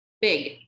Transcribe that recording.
big